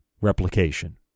replication